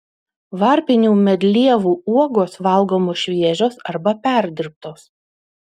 varpinių medlievų uogos valgomos šviežios arba perdirbtos